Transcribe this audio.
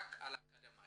זה רק על אקדמאים.